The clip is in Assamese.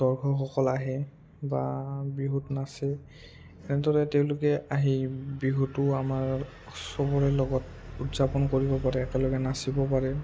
দৰ্শকসকল আহে বা বিহুত নাচে এনেদৰে তেওঁলোকে আহি বিহুটো আমাৰ চবৰে লগত উদযাপন কৰিব পাৰে একেলগে নাচিব পাৰে